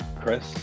Chris